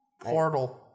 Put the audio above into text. Portal